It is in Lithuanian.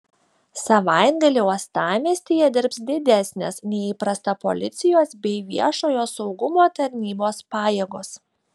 savaitgalį uostamiestyje dirbs didesnės nei įprasta policijos bei viešojo saugumo tarnybos pajėgos